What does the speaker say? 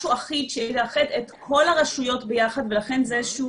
משהו אחיד שיאחד את כל הרשויות ביחד ולכן זה איזה שהוא